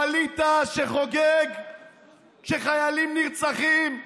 שחוגג כשחיילים נרצחים,